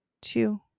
two